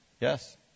Yes